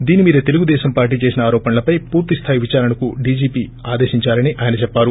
దీని మీద తెలుగు దేశం పార్లీ చేసిన ఆరోపణలపై పూర్తిస్లాయి విదారణకు డీజీపీ ఆదేశించారని ఆయన చెప్పారు